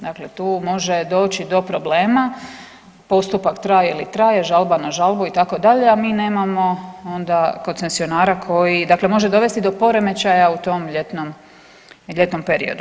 Dakle, tu može doći do problema, postupak traje li traje, žalba na žalbu itd., a mi nemamo onda koncesionara koji, dakle može dovesti do poremećaja u tom ljetnom, ljetnom periodu.